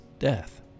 death